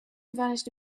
vanished